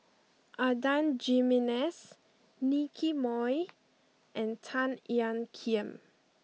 Adan Jimenez Nicky Moey and Tan Ean Kiam